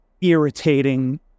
irritating